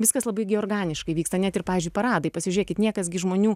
viskas labai gi organiškai vyksta net ir pavyzdžiui paradai pasižiūrėkit niekas gi žmonių